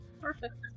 Perfect